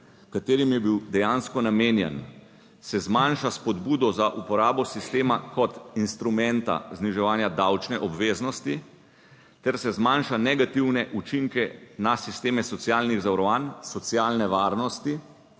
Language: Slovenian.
katerim je bil dejansko namenjen, se zmanjša spodbudo za uporabo sistema kot instrumenta zniževanja davčne obveznosti ter se zmanjša negativne učinke na sisteme socialnih zavarovanj, socialne varnosti